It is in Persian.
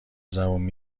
زبون